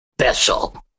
special